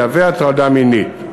יהווה הטרדה מינית.